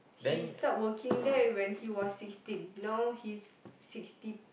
he start working there when he was sixteen now he's sixty